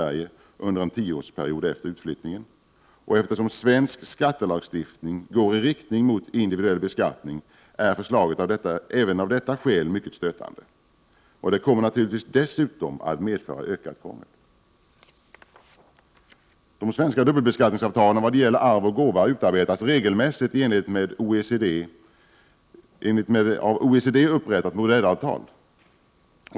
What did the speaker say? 1988/89:46 Sverige under en tioårsperiod efter utflyttningen. Eftersom svensk skatte 15 december 1988 lagstiftning går i riktning mot individuell beskattning är förslaget även av Good ooo detta skäl mycket stötande. Det kommer naturligtvis dessutom att medföra ökat krångel. De svenska dubbelbeskattningsavtalen i vad gäller arv och gåva utarbetas regelmässigt i enlighet med av OECD upprättat modellavtal.